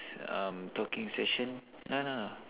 uh talking session no no